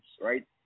right